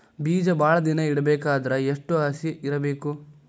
ಬೇಜ ಭಾಳ ದಿನ ಇಡಬೇಕಾದರ ಎಷ್ಟು ಹಸಿ ಇರಬೇಕು?